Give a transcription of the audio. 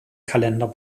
kalender